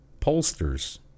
pollsters